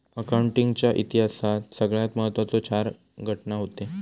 accounting च्या इतिहासात सगळ्यात महत्त्वाचे चार घटना हूते